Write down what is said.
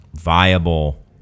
viable